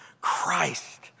Christ